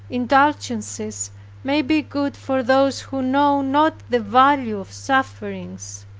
indulgences may be good for those who know not the value of sufferings,